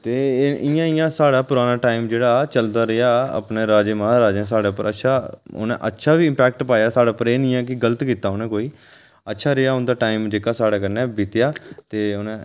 ते इं'या इं'या साढ़ा पराना टाईम जेह्ड़ा चलदा रेहा अपने राजें महाराजें साढ़े पर अच्छा उ'नें अच्छा बी इम्पैक्ट पाया साढ़े उप्पर एह् निं ऐ की गलत कीता उ'नें कोई अच्छा रेहा उं'दा टाइम जेह्का साढ़े कन्नै बीतेआ ते उ'नें